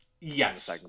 Yes